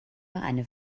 eine